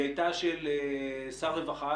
היא הייתה של שר הרווחה,